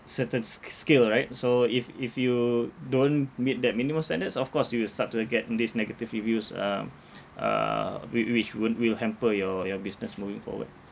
certain ski~ skill right so if if you don't meet that minimum standards of course you will start to get these negative reviews um uh whi~ which win~ will hamper your your business moving forward